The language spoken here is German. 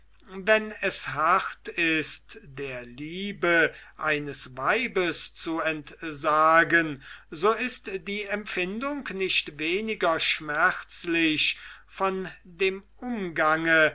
wenn es hart ist der liebe eines weibes zu entsagen so ist die empfindung nicht weniger schmerzlich von dem umgange